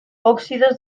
óxidos